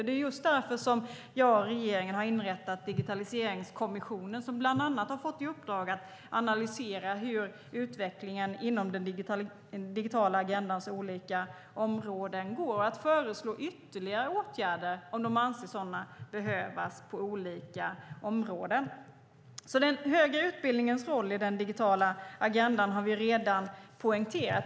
Det är just därför som jag och regeringen har inrättat Digitaliseringskommissionen, som bland annat har fått i uppdrag att analysera hur utvecklingen inom den digitala agendans olika områden går och att föreslå ytterligare åtgärder om de anser sådana behövas på olika områden. Den högre utbildningens roll i den digitala agendan har vi alltså redan poängterat.